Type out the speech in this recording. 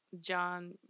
John